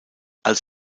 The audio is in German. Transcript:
als